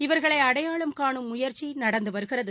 இவர்களை அடையாளம் காணும் முயற்சிநடந்துவருகிறது